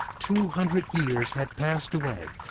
two hundred years had passed away,